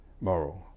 moral